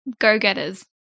Go-getters